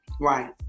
Right